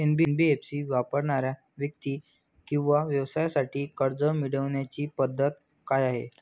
NBFC वापरणाऱ्या व्यक्ती किंवा व्यवसायांसाठी कर्ज मिळविण्याची पद्धत काय आहे?